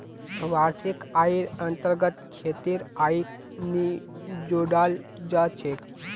वार्षिक आइर अन्तर्गत खेतीर आइक नी जोडाल जा छेक